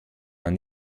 man